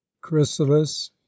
Chrysalis